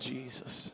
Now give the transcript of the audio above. Jesus